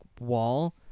wall